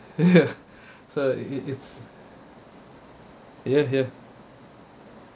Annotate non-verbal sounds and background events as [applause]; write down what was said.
[laughs] ya so it it's ya ya